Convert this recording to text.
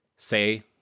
say